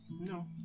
No